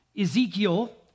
Ezekiel